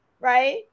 right